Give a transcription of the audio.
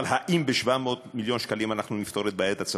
אבל האם ב-700 מיליון שקלים אנחנו נפתור את בעיית הצפון?